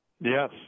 Yes